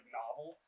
novel